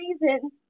reason